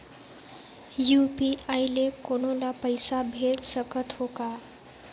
UPI ले कोनो ला पइसा भेज सकत हों का?